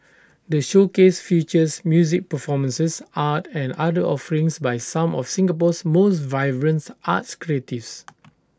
the showcase features music performances art and other offerings by some of Singapore's most vibrants arts creatives